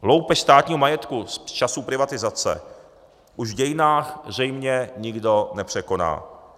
Loupež státního majetku z časů privatizace už v dějinách zřejmě nikdo nepřekoná.